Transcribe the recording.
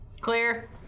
Clear